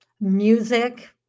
music